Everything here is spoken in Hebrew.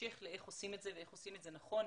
כהמשך לאיך עושים את זה ואיך עושים את זה נכון.